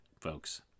folks